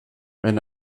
wenn